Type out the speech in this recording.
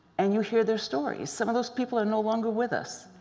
and you hear their stories. some of those people are no longer with us.